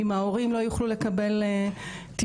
אם ההורים לא יוכלו לקבל טיפול,